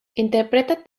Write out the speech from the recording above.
interpreta